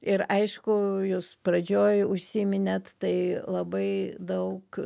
ir aišku jūs pradžioj užsiiminėt tai labai daug